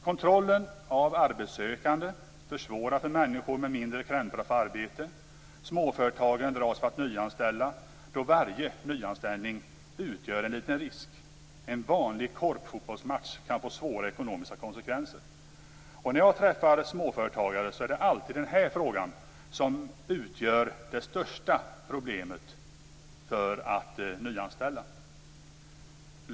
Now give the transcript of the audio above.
Kontrollen av arbetssökande försvårar för människor med mindre krämpor att få arbete. Småföretagen drar sig för att nyanställa, då varje nyanställning utgör en liten risk. En vanlig korpfotbollsmatch kan få svåra ekonomiska konsekvenser. När jag träffar småföretagare får jag alltid höra att det är denna fråga som utgör det största problemet när det gäller att nyanställa.